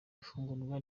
ifungurwa